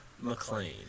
McLean